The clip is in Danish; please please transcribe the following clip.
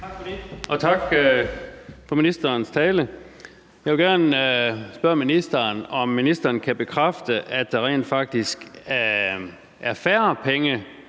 Tak for det, og tak for ministerens tale. Jeg vil gerne spørge ministeren, om ministeren kan bekræfte, at der rent faktisk er færre penge,